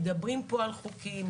מדברים פה על חוקים,